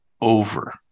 over